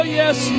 yes